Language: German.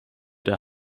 der